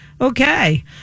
Okay